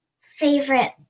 favorite